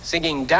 Singing